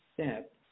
step